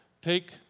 take